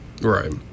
Right